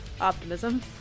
optimism